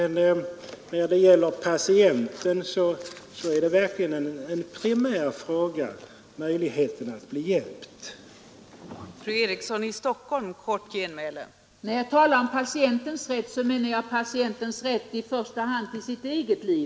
När det gäller patienten är verkligen möjligheten att bli hjälpt en primär fråga.